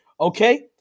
Okay